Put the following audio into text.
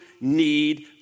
need